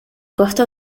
costo